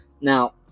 Now